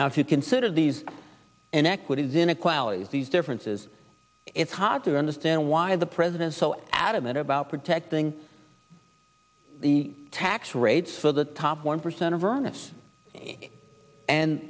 now if you consider these and equities inequalities these differences it's hard to understand why the president so adamant about protecting the tax rates for the top one percent of ernest's and